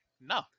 No